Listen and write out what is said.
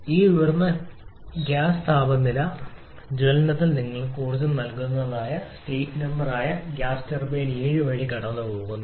ഈ ഉയർന്ന താപനില ജ്വലനത്തിൽ നിങ്ങൾക്ക് ഊർജ്ജം നൽകുന്നതിനായി സ്റ്റേറ്റ് നമ്പർ 7 ആയ ഗ്യാസ് ഗ്യാസ് ടർബൈൻ പ്ലാന്റ് കടന്നുപോകുന്നു